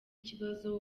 ikibazo